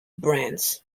brands